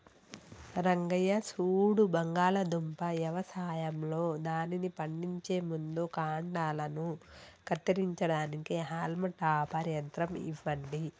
రంగయ్య సూడు బంగాళాదుంప యవసాయంలో దానిని పండించే ముందు కాండలను కత్తిరించడానికి హాల్మ్ టాపర్ యంత్రం ఇవ్వండి